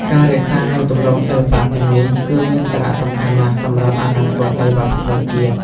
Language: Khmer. ការរក្សានូវទម្រង់សិល្បៈទាំងនេះគឺមានសារៈសំខាន់ណាស់សម្រាប់អនាគតនៃវប្បធម៌ជាតិ។